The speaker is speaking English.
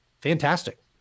fantastic